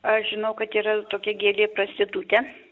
aš žinau kad yra tokia gėlė prostitutė